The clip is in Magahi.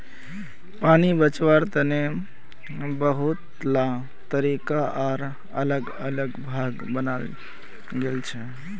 पानी बचवार तने बहुतला तरीका आर अलग अलग भाग बनाल गेल छे